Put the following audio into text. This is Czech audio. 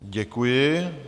Děkuji.